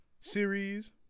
series